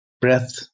breath